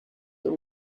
too